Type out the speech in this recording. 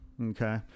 Okay